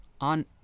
on